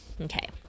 okay